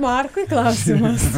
markui klausimas